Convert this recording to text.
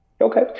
Okay